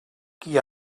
qui